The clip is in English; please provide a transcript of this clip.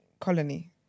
colony